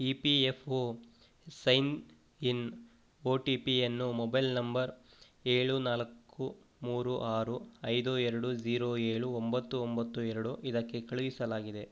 E P F O sign in O T ಪಿಯನ್ನು mobile number ಏಳು ನಾಲ್ಕು ಮೂರು ಆರು ಐದು ಎರಡು ಝೀರೊ ಏಳು ಒಂಬತ್ತು ಒಂಬತ್ತು ಎರಡು ಇದಕ್ಕೆ ಕಳುಹಿಸಲಾಗಿದೆ